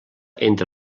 entre